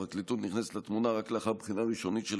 הפרקליטות נכנסת לתמונה רק לאחר בחינה ראשונית של